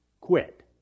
quit